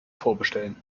vorbestellen